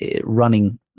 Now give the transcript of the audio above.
running